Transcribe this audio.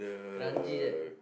kranji there